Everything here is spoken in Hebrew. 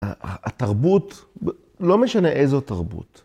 התרבות לא משנה איזו תרבות.